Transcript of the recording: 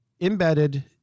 embedded